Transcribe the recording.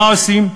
מה עושים?